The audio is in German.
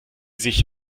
sich